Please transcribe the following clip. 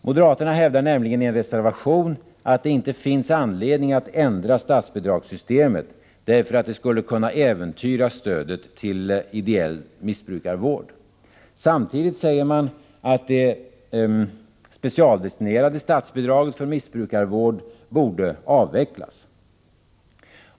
Moderaterna hävdar i en reservation att det inte finns anledning att ändra statsbidragssystemet därför att det skulle kunna äventyra stödet till ideell missbrukarvård. Samtidigt säger man att det specialdestinerade statsbidraget för missbrukarvård borde avvecklas.